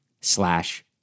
slash